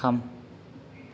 थाम